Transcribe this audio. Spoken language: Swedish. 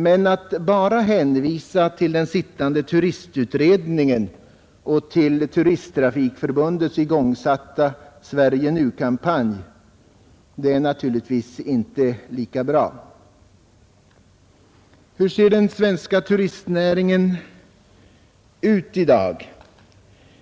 Men att bara hänvisa till den sittande turistutredningen och till den av Svenska turisttrafikförbundet igångsatta Sverige Nu-kampanjen är naturligtvis inte så bra. Hur ser den svenska turistnäringen ut i dag?